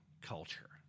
culture